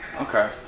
Okay